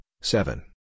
seven